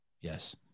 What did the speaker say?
Yes